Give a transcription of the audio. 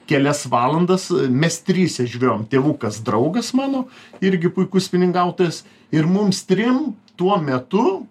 kelias valandas mes trise žvejojom tėvukas draugas mano irgi puikus spiningautojas ir mums trim tuo metu